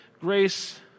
grace